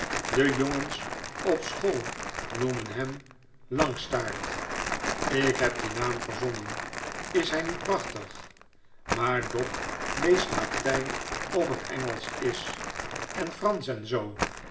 de jongens op school noemen hem langstaart ik heb dien naam verzonnen is hij niet prachtig maar dob leest latijn of het engelsch is en fransch en zoo